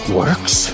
works